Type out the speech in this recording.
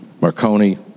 Marconi